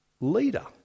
leader